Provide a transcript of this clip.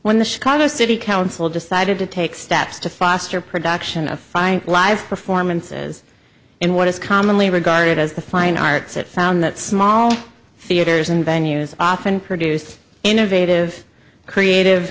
when the chicago city council decided to take steps to foster production of find live performances in what is commonly regarded as the fine arts it found that small theaters and venues often produce innovative creative